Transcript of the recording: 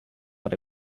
what